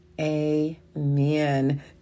amen